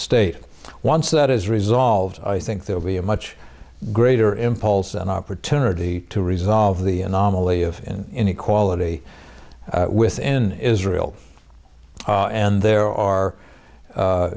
state once that is resolved i think there will be a much greater impulse an opportunity to resolve the anomaly of inequality within israel and there are